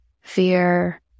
Fear